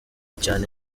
cyane